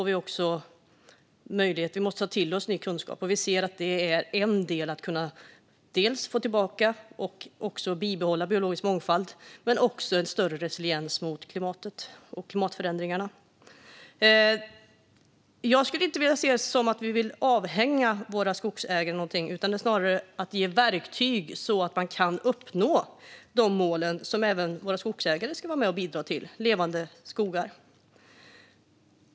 Vi måste ta till oss ny kunskap, och vi ser att detta är en del i att kunna bibehålla och få tillbaka biologisk mångfald och även få större resiliens mot klimatförändringarna. Jag ser det inte som att vi vill avhända våra skogsägare någonting. Snarare vill vi ge verktyg så att man kan uppnå det mål om levande skogar som även våra skogsägare ska vara med och bidra till.